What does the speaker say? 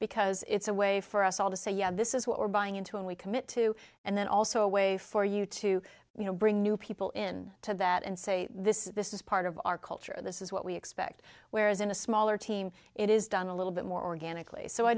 because it's a way for us all to say yeah this is what we're buying into and we commit to and then also a way for you to you know bring new people in to that and say this is this is part of our culture this is what we expect whereas in a smaller team it is done a little bit more organically so i